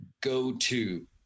go-to